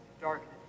darkness